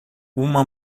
uma